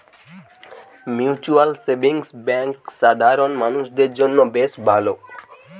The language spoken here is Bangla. মিউচুয়াল সেভিংস বেঙ্ক সাধারণ মানুষদের জন্য বেশ ভালো